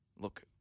Look